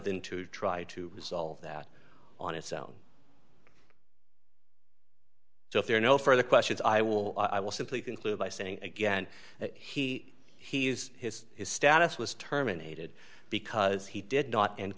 than to try to resolve that on its own so if there are no further questions i will i will simply conclude by saying again that he he used his status was terminated because he did not and